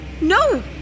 No